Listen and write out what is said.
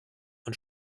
und